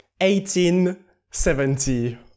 1870